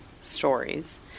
stories